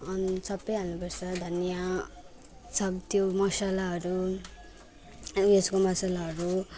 अनि सब हाल्नु पर्छ धनियाँ सब त्यो मसलाहरू उयसको मसलाहरू